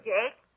Jake